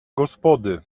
gospody